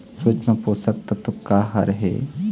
सूक्ष्म पोषक तत्व का हर हे?